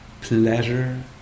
Pleasure